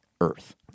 Earth